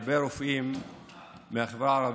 זאת רק דוגמה להרבה רופאים מהחברה הערבית